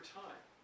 time